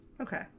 okay